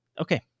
Okay